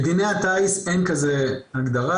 בדיני הטיס אין כזה הגדרה,